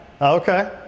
Okay